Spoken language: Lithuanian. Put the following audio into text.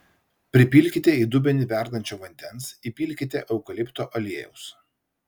pripilkite į dubenį verdančio vandens įpilkite eukalipto aliejaus